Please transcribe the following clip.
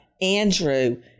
Andrew